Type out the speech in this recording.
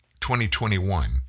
2021